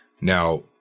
Now